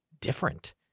different